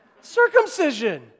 Circumcision